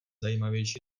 zajímavější